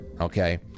okay